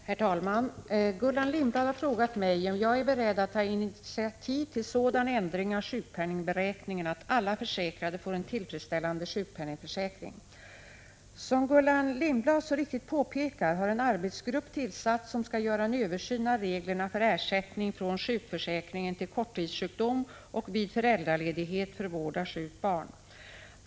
Herr talman! Gullan Lindblad har frågat mig om jag är beredd att ta initiativ till sådan ändring av sjukpenningberäkningen, att alla försäkrade får en tillfredsställande sjukpenningförsäkring. Som Gullan Lindblad så riktigt påpekar har en arbetsgrupp tillsatts som skall göra en översyn av reglerna för ersättning från sjukförsäkringen vid korttidssjukdom och vid föräldraledighet för vård av sjukt barn.